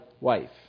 wife